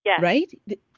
Right